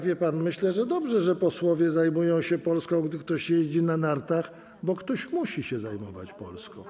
Wie pan, myślę, że dobrze, że posłowie zajmują się Polską, gdy ktoś jeździ na nartach, bo ktoś musi się zajmować Polską.